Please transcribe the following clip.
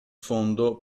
fondo